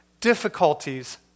difficulties